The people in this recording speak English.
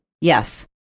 Yes